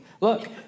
Look